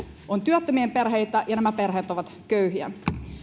on työttömien perheitä ja nämä perheet ovat köyhiä